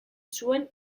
zuen